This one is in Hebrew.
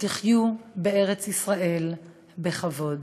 שתחיו בארץ-ישראל בכבוד.